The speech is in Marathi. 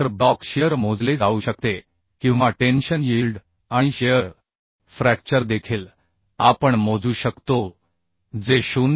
तर ब्लॉक शिअर मोजले जाऊ शकते किंवा टेन्शन यील्ड आणि शिअर फ्रॅक्चर देखील आपण मोजू शकतो जे 0